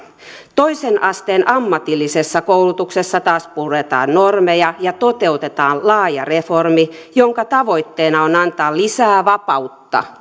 toisen asteen ammatillisessa koulutuksessa taas puretaan normeja ja toteutetaan laaja reformi jonka tavoitteena on antaa lisää vapautta